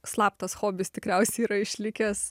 slaptas hobis tikriausiai yra išlikęs